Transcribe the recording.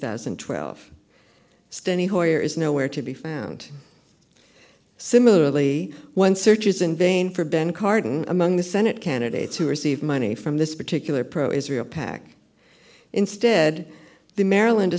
thousand and twelve skinny hoyer is nowhere to be found similarly one searches in vain for ben cardin among the senate candidates who receive money from this particular pro israel pac instead the maryland